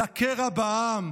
על הקרע בעם.